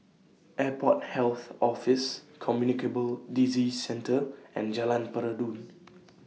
Airport Health Office Communicable Disease Centre and Jalan Peradun